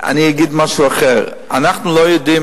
אני אגיד משהו אחר: אנחנו לא יודעים